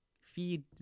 Feed